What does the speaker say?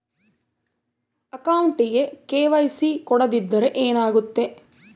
ಅಕೌಂಟಗೆ ಕೆ.ವೈ.ಸಿ ಕೊಡದಿದ್ದರೆ ಏನಾಗುತ್ತೆ?